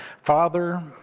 Father